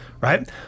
right